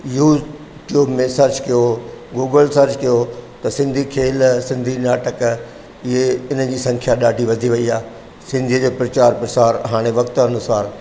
YouTube में search कयो Google search कयो त सिंधी खेल सिंधी नाटक ईअं इन जी संख्या ॾाढी वधी वई आहे सिंधीअ जो प्रचारु प्रसारु हाणे वक़्तु अनुसार